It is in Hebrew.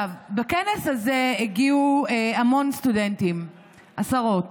לכנס הזה הגיעו המון סטודנטים, עשרות.